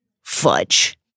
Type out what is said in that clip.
fudge